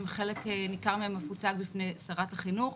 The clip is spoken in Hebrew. חלק ניכר מהן אף הוצג בפני שרת החינוך.